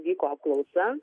vyko apklausa